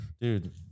dude